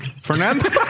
Fernando